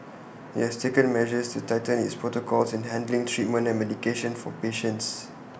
IT has taken measures to tighten its protocols in handling treatment and medication for patients